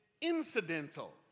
incidental